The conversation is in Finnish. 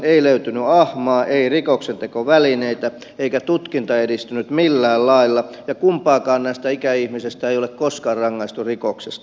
ei löytynyt ahmaa ei rikoksentekovälineitä eikä tutkinta edistynyt millään lailla ja kumpaakaan näistä ikäihmisistä ei ole koskaan rangaistu rikoksesta